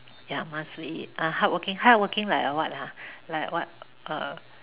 ya must be ah hardworking hardworking like a what err